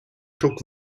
took